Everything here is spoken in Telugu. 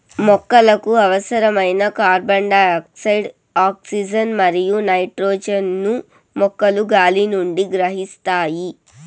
మొక్కలకు అవసరమైన కార్బన్డయాక్సైడ్, ఆక్సిజన్ మరియు నైట్రోజన్ ను మొక్కలు గాలి నుండి గ్రహిస్తాయి